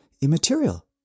immaterial